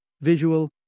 visual